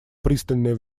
пристальное